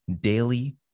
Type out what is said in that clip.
daily